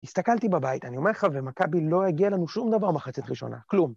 הסתכלתי בבית, אני אומר לך, ומכבי, לא הגיע לנו שום דבר מחצית ראשונה, כלום.